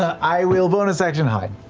i will bonus action hide.